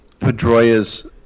Pedroia's